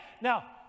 Now